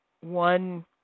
one